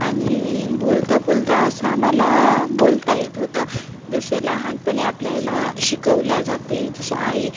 आणि बोलता बोलता असं आम्हाला बोलता येत होतं जसे लहानपणी आपल्याला शिकवले जाते जसे आई